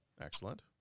excellent